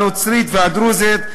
הנוצרית והדרוזית,